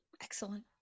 Excellent